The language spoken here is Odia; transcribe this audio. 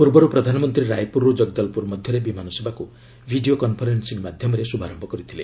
ପୂର୍ବରୁ ପ୍ରଧାନମନ୍ତ୍ରୀ ରାୟପୁରରୁ ଜଗଦଲପୁର ମଧ୍ୟରେ ବିମାନ ସେବାକୁ ଭିଡିଓ କନଫରେନ୍ସିଂ ମାଧ୍ୟମରେ ଶୁଭାରମ୍ଭ କରିଥିଲ